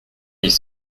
les